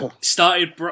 started